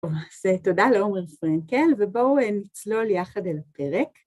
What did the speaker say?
אז תודה לעומר פרנקל, ובואו נצלול יחד אל הפרק.